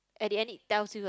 at the end it tells you a